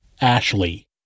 Ashley